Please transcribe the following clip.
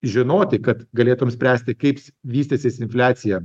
žinoti kad galėtum spręsti kaip vystysis infliacija